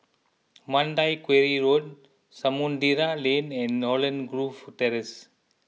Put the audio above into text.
Mandai Quarry Road Samudera Lane and Holland Grove Terrace